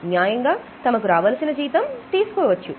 న్యాయంగా తమకు రావలసిన జీతం తీసుకోవచ్చు